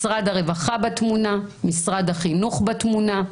משרד הרווחה בתמונה, משרד החינוך בתמונה.